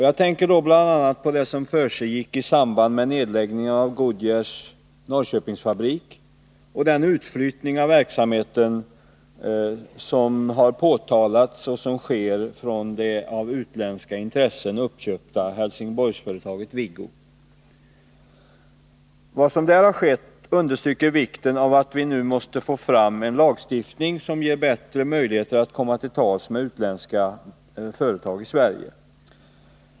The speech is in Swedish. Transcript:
Jag tänker då bl.a. på det som försiggick i samband med nedläggningen av Goodyears Norrköpingsfabrik och den utflyttning av verksamheten som har påtalats och som sker från det av utländska intressen uppköpta Helsingborgsföretaget Viggo. Vad som där har skett understryker vikten av att vi nu måste få fram en lagstiftning som ger bättre möjligheter att komma till tals med utländska företag i Sverige.